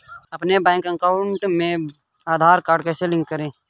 अपने bank account में Aadhaar card कैसे लिंक करें?